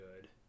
good